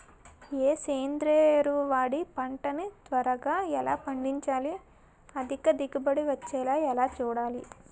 ఏ సేంద్రీయ ఎరువు వాడి పంట ని త్వరగా ఎలా పండించాలి? అధిక దిగుబడి వచ్చేలా ఎలా చూడాలి?